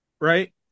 Right